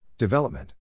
Development